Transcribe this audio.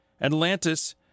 Atlantis